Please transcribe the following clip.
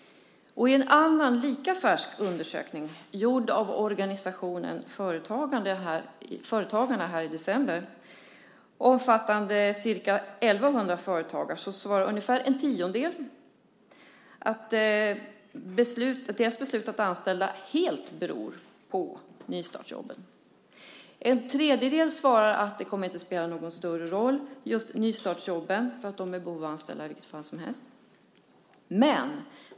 I en annan lika färsk undersökning gjord av organisationen Företagarna nu i december och omfattande ca 1 100 företagare svarar ungefär en tiondel att deras beslut att anställa helt beror på nystartsjobben. En tredjedel svarar att just nystartsjobben inte kommer att spela någon större roll eftersom de är i behov av att anställa i vilket fall som helst.